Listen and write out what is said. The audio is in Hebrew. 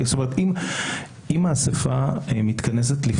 העתק מהחלטת בית המשפט על כינוס אסיפות הסוג